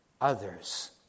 others